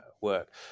work